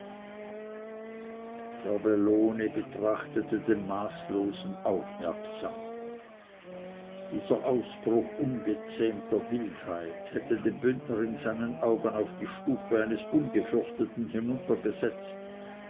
serbelloni betrachtete den maßlosen aufmerksam dieser ausbruch ungezähmter wildheit hätte den bündner in seinen augen auf die stufe eines ungefürchteten